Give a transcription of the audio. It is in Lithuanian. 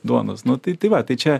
duonos nu tai tai va tai čia